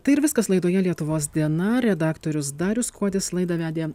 tai ir viskas laidoje lietuvos diena redaktorius darius kuodis laidą vedė